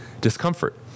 discomfort